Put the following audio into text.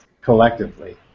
collectively